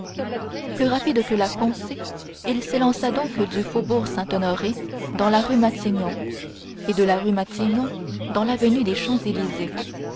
plus rapide que la pensée il s'élança donc du faubourg saint-honoré dans la rue matignon et de la rue matignon dans l'avenue des champs-élysées